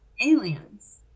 aliens